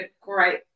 great